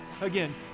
Again